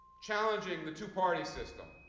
challenging the two-party system,